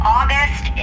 August